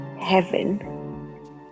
heaven